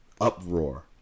uproar